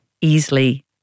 easily